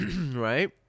right